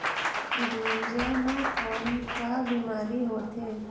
गुनजा मा कौन का बीमारी होथे?